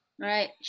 Right